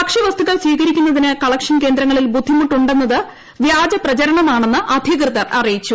ഭക്ഷ്യവസ്തുക്കൾ സ്വീകരിക്കുന്നതിന് കളക്ഷൻ കേന്ദ്രങ്ങളിൽ ബുദ്ധിമുട്ടുണ്ടെന്നത് വ്യാജ പ്രചരണമാണെന്ന് അധികൃതർ അറിയിച്ചു